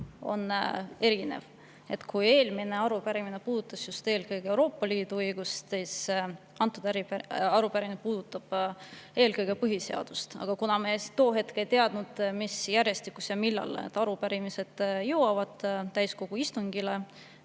on erinev. Kui eelmine arupärimine puudutas eelkõige Euroopa Liidu õigust, siis see arupärimine puudutab eelkõige põhiseadust. Aga kuna me tol hetkel ei teadnud, mis järjestikus ja millal need arupärimised jõuavad täiskogu istungile